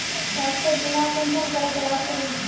स्वास्थ्य बीमा कुंसम करे तलाश करूम?